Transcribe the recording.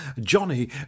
Johnny